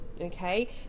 Okay